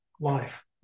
life